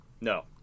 no